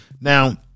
now